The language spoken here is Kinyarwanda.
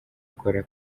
akora